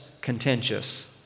contentious